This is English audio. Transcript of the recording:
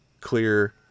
clear